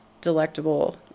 delectable